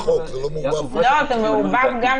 זה מעורבב כרגע בחוק.